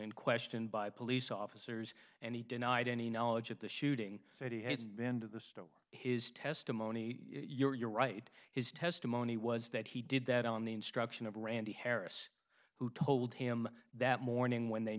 and questioned by police officers and he denied any knowledge of the shooting but he has been to the store his testimony you're right his testimony was that he did that on the instruction of randy harris who told him that morning when they